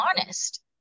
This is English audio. honest